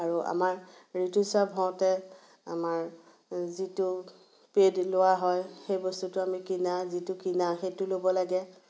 আৰু আমাৰ ঋতুস্ৰাৱ হওঁতে আমাৰ যিটো পেড লোৱা হয় সেই বস্তুটো আমি কিনা যিটো কিনা সেইটো ল'ব লাগে